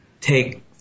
take